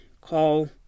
Call